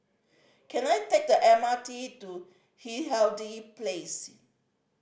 can I take the M R T to Place